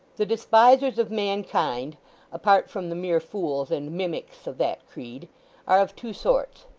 the despisers of mankind apart from the mere fools and mimics, of that creed are of two sorts.